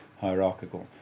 hierarchical